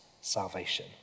salvation